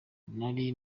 nari